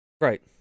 Right